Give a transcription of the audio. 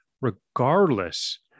regardless